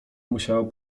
musiał